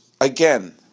again